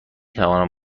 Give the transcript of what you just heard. توانم